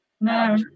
No